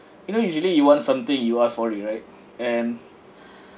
you know usually you want something you ask for it right and